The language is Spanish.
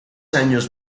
años